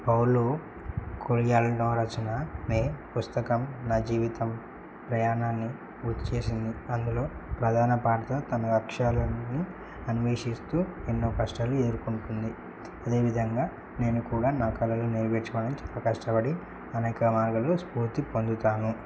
పౌలు Coelho రచనమే పుస్తకం నా జీవితం ప్రయాణాన్ని వచ్చేేసింది అందులో ప్రధాన పాటుతో తన లక్ష్యాలని అన్వేషిస్తూ ఎన్నో కష్టాలు ఎదుర్కొంటుంది అదేవిధంగా నేను కూడా నా కళలు నేర్పేచుకోవడం చాలా కష్టపడి అనేక మార్గాలు స్ఫూర్తి పొందుతాను